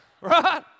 right